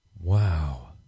Wow